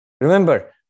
Remember